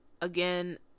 again